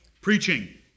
preaching